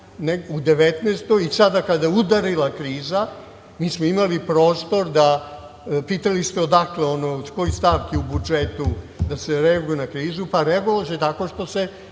godini i sada kada je udarila kriza mi smo imali prostor da… pitali ste odakle ono, iz kojih stavki u budžetu da se reaguje na krizu. Pa reagovalo se tako što se